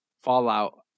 Fallout